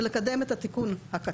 ולקדם את התיקון הקטן.